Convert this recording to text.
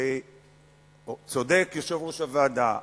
שצודק יושב-ראש הוועדה,